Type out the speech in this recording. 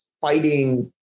fighting